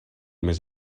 més